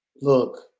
Look